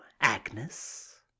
Agnes